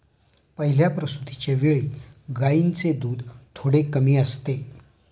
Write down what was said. पहिल्या प्रसूतिच्या वेळी गायींचे दूध थोडे कमी असते